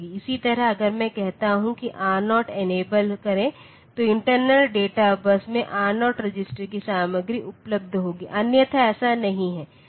इसी तरह अगर मैं कहता हूं कि R0 इनेबल करें तो इंटरनल डेटा बस में R0 रजिस्टर की सामग्री उपलब्ध होगी अन्यथा ऐसा नहीं है